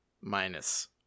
minus